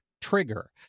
trigger